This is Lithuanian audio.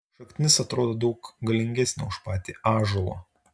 šaknis atrodo daug galingesnė už patį ąžuolą